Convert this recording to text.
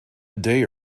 day